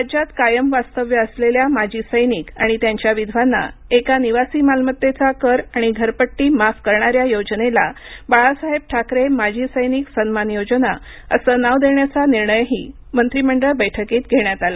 राज्यात कायम वास्तव्य असलेल्या माजी सैनिक आणि त्यांच्या विधवांना एका निवासी मालमत्तेचा कर आणि घरपट्टी माफ करणाऱ्या योजनेला बाळासाहेब ठाकरे माजी सैनिक सन्मान योजना असं नाव देण्याचा निर्णयही मंत्रिमंडळ बैठकीत घेण्यात आला